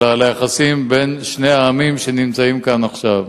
אלא ליחסים בין שני העמים שנמצאים כאן עכשיו.